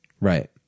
right